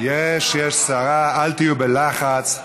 יש שרה, אל תהיו בלחץ.